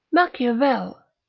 machiavel,